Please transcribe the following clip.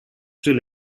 still